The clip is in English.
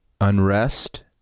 unrest